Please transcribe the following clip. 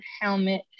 helmet